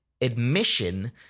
admission